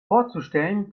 vorzustellen